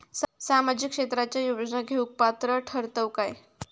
सामाजिक क्षेत्राच्या योजना घेवुक पात्र ठरतव काय?